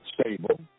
stable